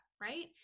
right